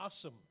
awesome